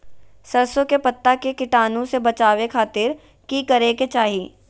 सरसों के पत्ता के कीटाणु से बचावे खातिर की करे के चाही?